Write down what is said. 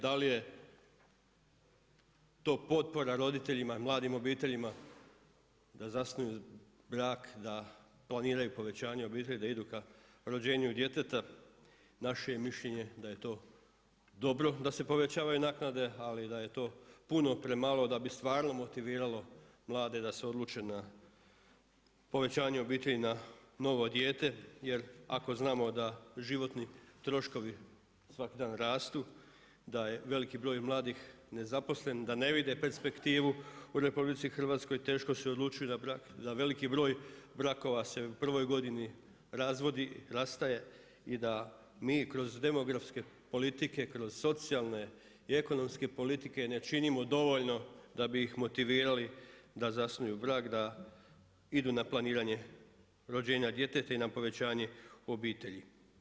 Da li je to potpora roditeljima i mladim obiteljima, da zasnuju brak, planiraju povećanje obitelji, da idu ka rođenju djeteta, naše je mišljenje da je to dobro da se povećavaju naknade, ali da je to puno premalo da bi stvarno motiviralo mlade da se odluče na povećanje obitelji na novo dijete, jer ako znamo da životni troškovi svaki dan rastu, da je veliki broj mladih nezaposlen, da ne vide perspektivu u RH, teško se odlučuju na brak, da veliki broj brakova se u prvoj godini razvodi, rastaje i da mi kroz demografske politike, kroz socijalne i ekonomske politike, ne činimo dovoljno da bi ih motivirali da zasnuju brak, da idu na planiranje rođenja djeteta i na povećanje u obitelji.